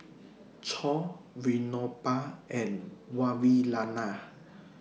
Choor Vinoba and Vavilala